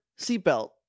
seatbelt